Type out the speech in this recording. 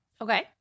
Okay